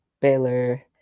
Baylor